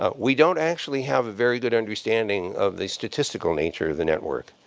ah we don't actually have a very good understanding of the statistical nature of the network.